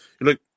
look